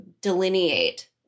delineate